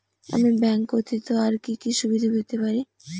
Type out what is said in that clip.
আমি ব্যাংক ব্যথিত আর কি কি সুবিধে পেতে পারি?